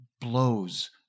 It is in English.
blows